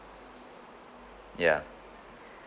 ya